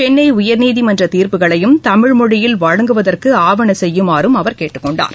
சென்னை உயர்நீதிமன்றத்தின் தீர்ப்புகளையும் தமிழ் மொழியில் வழங்குவதற்கு ஆவண செய்யுமாறு அவர் கேட்டுக் கொண்டார்